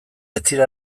etzira